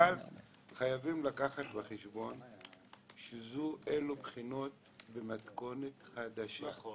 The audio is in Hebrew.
אבל חייבים לקחת בחשבון שאלו בחינות במתכונת חדשה.